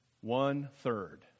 One-third